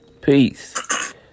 peace